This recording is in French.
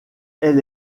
elle